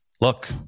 look